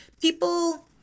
people